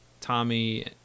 Tommy